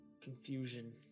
confusion